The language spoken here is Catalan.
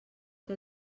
que